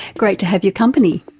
great to have your company,